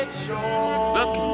Look